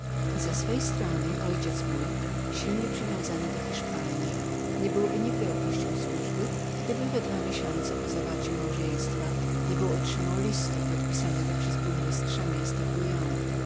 z swojej strony ojciec mój silnie przywiązany do hiszpanji niebyłby nigdy opuścił służby gdyby we dwa miesiące po małżeństwie nie był otrzymał listu podpisanego przez burmistrza miasta